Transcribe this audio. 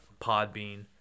Podbean